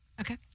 Okay